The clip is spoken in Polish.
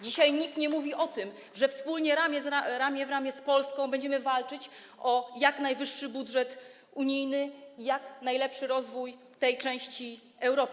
Dzisiaj nikt nie mówi o tym, że wspólnie, ramię w ramię z Polską, będzie walczyć o jak najwyższy budżet unijny i jak najlepszy rozwój tej części Europy.